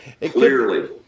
Clearly